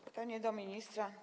Pytanie do ministra.